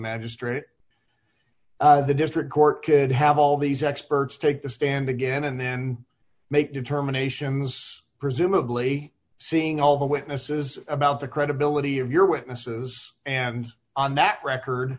magistrate or the district court did have all these experts take the stand again and then make determinations presumably seeing all the witnesses about the credibility of your witnesses and on that